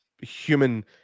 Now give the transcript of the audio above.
human